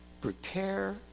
Prepare